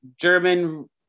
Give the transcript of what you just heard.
German